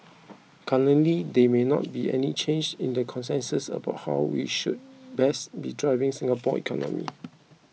currently there may not be any change in the consensus about how we should best be driving Singapore's economy